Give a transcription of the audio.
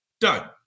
done